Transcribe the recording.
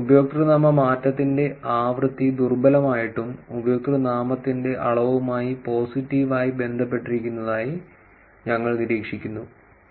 ഉപയോക്തൃനാമ മാറ്റത്തിന്റെ ആവൃത്തി ദുർബലമായിട്ടും ഉപയോക്തൃനാമത്തിന്റെ അളവുമായി പോസിറ്റീവായി ബന്ധപ്പെട്ടിരിക്കുന്നതായി ഞങ്ങൾ നിരീക്ഷിക്കുന്നു